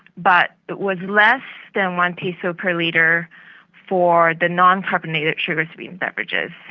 but it was less than one peso per litre for the noncarbonated sugar sweetened beverages.